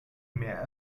mehr